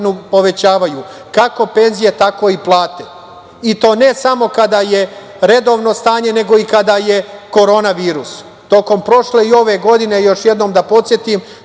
kako penzije, tako i plate.I to ne samo kada je redovno stanje, nego i kada je Korona virus. Tokom prošle i ove godine, još jednom da podsetim,